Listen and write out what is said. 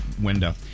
window